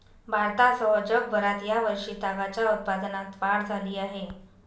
भारतासह जगभरात या वर्षी तागाच्या उत्पादनात वाढ झाली आहे